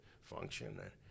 function